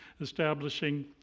Establishing